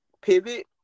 pivot